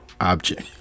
object